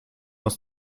aus